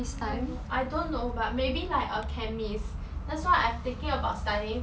mm I don't know but maybe a chemist that's why I'm thinking about studying